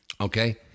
Okay